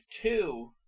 two